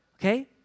Okay